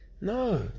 No